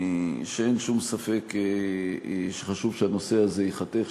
שאין שום ספק שחשוב שהנושא הזה ייחתך,